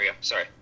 sorry